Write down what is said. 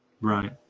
Right